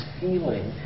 feeling